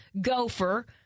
Gopher